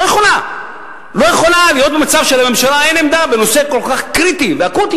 הממשלה לא יכולה להיות במצב שאין לה עמדה בנושא כל כך קריטי ואקוטי,